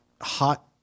hot